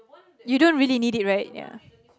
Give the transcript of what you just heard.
you don't really need it right ya